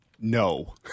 No